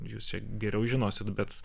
jūs čia geriau žinosit bet